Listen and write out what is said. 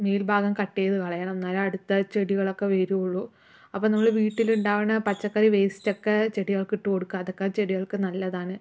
nail ഭാഗം cut ചെയ്ത് കളയണം എന്നാലേ അടുത്ത ചെടികളൊക്കെ വരുകയുള്ളു അപ്പം നമ്മൾ വീട്ടിലുണ്ടാവുന്ന പച്ചക്കറി വേസ്റ്റ് ഒക്കെ ചെടികൾക്ക് ഇട്ട് കൊടുക്കുക അതൊക്കെ ചെടികൾക്ക് നല്ലതാണ്